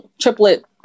triplet